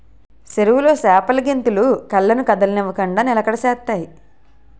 చెరువులో చేపలు గెంతులు కళ్ళను కదలనివ్వకుండ నిలకడ చేత్తాయి